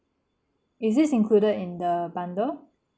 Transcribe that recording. is this included in the bundle